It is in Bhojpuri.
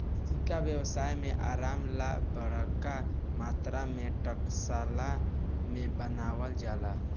सिक्का व्यवसाय में आराम ला बरका मात्रा में टकसाल में बनावल जाला